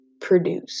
produce